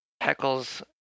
Heckle's